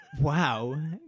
Wow